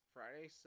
Friday